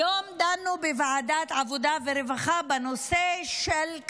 היום דנו בוועדת העבודה והרווחה בנושא של,